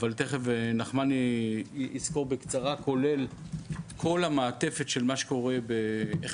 תכף נחמני יסקור בקצרה כולל כל המעטפת של מה שקורה בהפגנה,